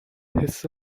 ارامش